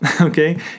okay